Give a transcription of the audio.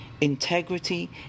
integrity